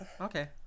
Okay